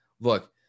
look